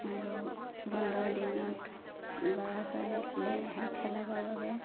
আৰু বন্ধৰ দিনত ল'ৰা ছোৱালীক লৈ আহে খেলাবৰ বাবে